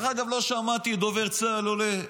לא שמעתי את דובר צה"ל עולה,